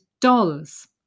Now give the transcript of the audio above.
dolls